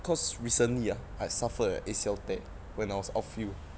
cause recently ah I suffered a A_C_L tear when I was outfield